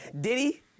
Diddy